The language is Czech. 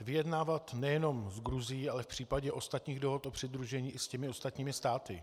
Vyjednávat nejenom s Gruzií, ale v případě ostatních dohod o přidružení i s ostatními státy.